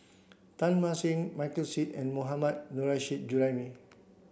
Teng Mah Seng Michael Seet and Mohammad Nurrasyid Juraimi